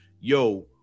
yo